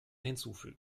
hinzufügen